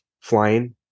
flying